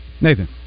Nathan